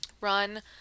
run